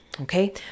okay